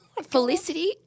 Felicity